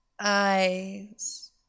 eyes